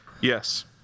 Yes